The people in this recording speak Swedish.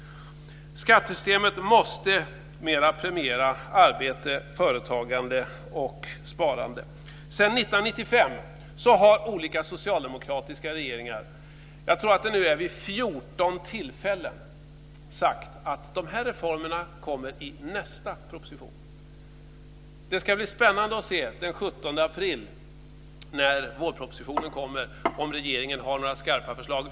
Skattesystemet måste mera premiera arbete, företagande och sparande. Sedan 1995 har olika socialdemokratiska regeringar vid, tror jag, 14 tillfällen sagt att de här reformerna kommer i nästa proposition. Det ska bli spännande att se den 17 april när vårpropositionen kommer om regeringen har några skarpa förslag.